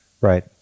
right